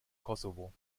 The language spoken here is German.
kosovo